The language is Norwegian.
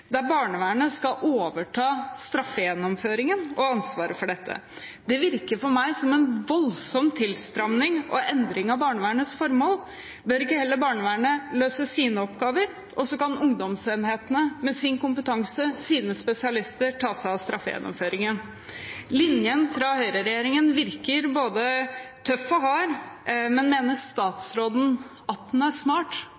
der barnevernet skal overta straffegjennomføringen og ansvaret for dette. Det virker på meg som en voldsom tilstramning og endring av barnevernets formål. Bør ikke heller barnevernet løse sine oppgaver, og så kan ungdomsenhetene, med sin kompetanse, sine spesialister, ta seg av straffegjennomføringen? Linjen fra høyreregjeringen virker både tøff og hard, men mener